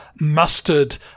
mustard